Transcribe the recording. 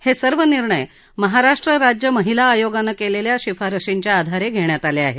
हे सर्व निर्णय महाराष्ट्र राज्य महिला आयोगानं केलेल्या शिफारशींच्या आधारे घेण्यात आले आहेत